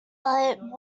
but